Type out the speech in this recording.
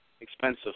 expensive